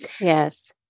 Yes